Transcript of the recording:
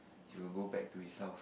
she will go back to his house